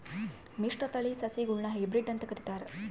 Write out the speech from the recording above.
ಮಿಶ್ರತಳಿ ಸಸಿಗುಳ್ನ ಹೈಬ್ರಿಡ್ ಅಂತ ಕರಿತಾರ